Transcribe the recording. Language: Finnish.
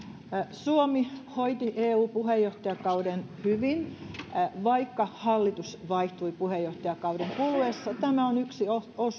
suomi hoiti eu puheenjohtajakauden hyvin vaikka hallitus vaihtui puheenjohtajakauden kuluessa tämä on yksi